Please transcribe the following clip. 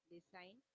Design